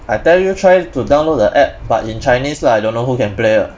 I tell you try to download the app but in chinese lah I don't know who can play ah